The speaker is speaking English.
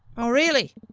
oh, really?